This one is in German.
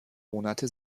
monate